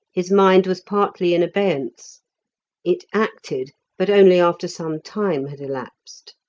his mind was partly in abeyance it acted, but only after some time had elapsed.